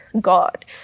God